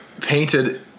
painted